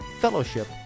fellowship